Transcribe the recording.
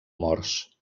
morts